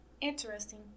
Interesting